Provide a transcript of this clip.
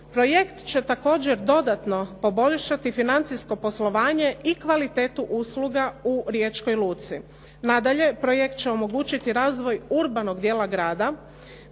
Projekt će također dodatno poboljšati financijsko poslovanje i kvalitetu usluga u Riječkoj luci. Nadalje, projekt će omogućiti razvoj urbanog dijela grada